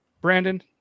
Brandon